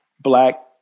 Black